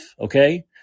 Okay